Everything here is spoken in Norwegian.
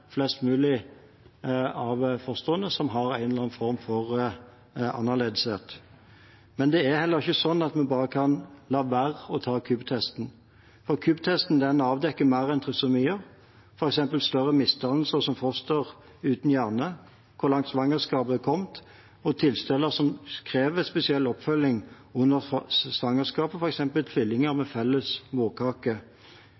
flest mulig av fostrene som har en eller annen form for annerledeshet. Men det er heller ikke slik at vi bare kan la være å ta KUB-testen. KUB-testen avdekker mer enn trisomi, f.eks. større misdannelser som foster uten hjerne, hvor langt svangerskapet har kommet, og tilstander som krever spesiell oppfølging under svangerskapet, f.eks. tvillinger med felles morkake. NIPT-testen kan kun avdekke trisomi. Så vi kan ikke kutte ut KUB-testen og